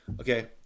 Okay